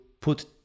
put